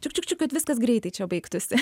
čiuk čiuk čiuk kad viskas greitai čia baigtųsi